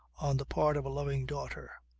on the part of a loving daughter.